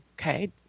okay